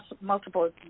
multiple